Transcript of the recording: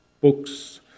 books